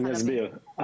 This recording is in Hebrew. אני אסביר.